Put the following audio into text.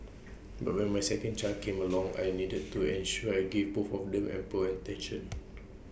but when my second child came along I needed to ensure I gave both of them ample attention